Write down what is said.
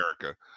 America